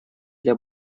для